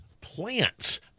plants